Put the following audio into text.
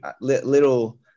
little